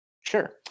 Sure